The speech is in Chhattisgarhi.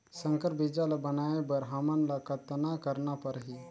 संकर बीजा ल बनाय बर हमन ल कतना करना परही?